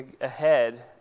ahead